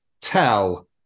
tell